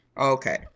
Okay